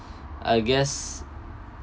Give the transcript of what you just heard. I guess